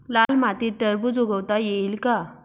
लाल मातीत टरबूज उगवता येईल का?